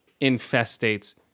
infestates